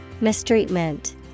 Mistreatment